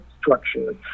structured